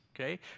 okay